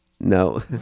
No